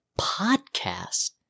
podcast